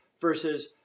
versus